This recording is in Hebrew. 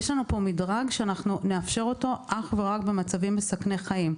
יש לנו פה מדרג שנאפשר אך ורק במצבים מסכני חיים.